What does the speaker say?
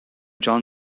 jon